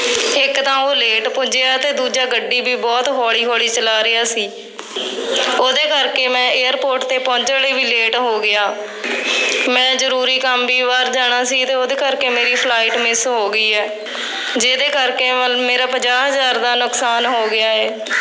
ਇੱਕ ਤਾਂ ਉਹ ਲੇਟ ਪੁੱਜਿਆ ਅਤੇ ਦੂਜਾ ਗੱਡੀ ਵੀ ਬਹੁਤ ਹੌਲੀ ਹੌਲੀ ਚਲਾ ਰਿਹਾ ਸੀ ਉਹਦੇ ਕਰਕੇ ਮੈਂ ਏਅਰਪੋਰਟ ' ਤੇ ਪਹੁੰਚਣ ਲਈ ਵੀ ਲੇਟ ਹੋ ਗਿਆ ਮੈਂ ਜ਼ਰੂਰੀ ਕੰਮ ਵੀ ਬਾਹਰ ਜਾਣਾ ਸੀ ਅਤੇ ਉਹਦੇ ਕਰਕੇ ਮੇਰੀ ਫਲਾਈਟ ਮਿਸ ਹੋ ਗਈ ਹੈ ਜਿਹਦੇ ਕਰਕੇ ਮੇਰਾ ਪੰਜਾਹ ਹਜ਼ਾਰ ਦਾ ਨੁਕਸਾਨ ਹੋ ਗਿਆ ਹੈ